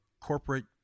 corporate